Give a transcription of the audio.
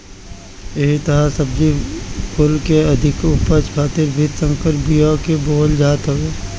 एही तहर सब्जी कुल के अधिका उपज खातिर भी संकर बिया के बोअल जात हवे